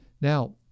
Now